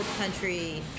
country